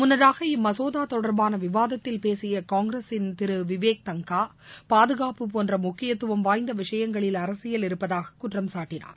முன்னதாக இம்மசோதா தொடர்பான விவாதத்தில் பேசிய காங்கிரசின் திரு விவேக் தங்கா பாதுகாப்பு போன்ற முக்கியத்துவம் வாய்ந்த விஷயங்களில் அரசியல் இருப்பதாக குற்றம் சாட்டினார்